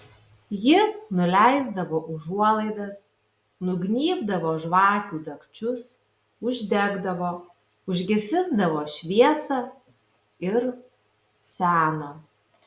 ji nuleisdavo užuolaidas nugnybdavo žvakių dagčius uždegdavo užgesindavo šviesą ir seno